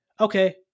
Okay